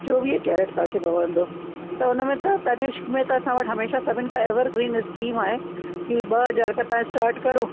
चोवीह कैरेट तव्हां खे पवंदो त उनमें त तनिष्क में त असां वटि सभिनि खां एवरग्रीन स्कीम आहे कि ॿ हज़ार खां तव्हां स्टार्ट करो